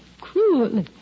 cruelly